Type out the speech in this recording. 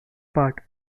part